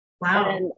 Wow